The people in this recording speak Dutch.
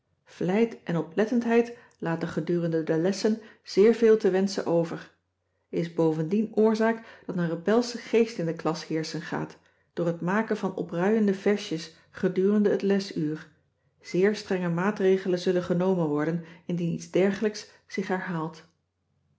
vlijt en oplettendheid laten gedurende de lessen zeer veel te wenschen over is bovendien oorzaak dat een rebelsche geest in de klas heerschen gaat door het maken van opruiende versjes gedurende het lesuur zeer strenge maatregelen zullen genomen worden indien iets dergelijks zich herhaalt